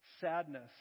Sadness